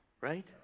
right